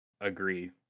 agree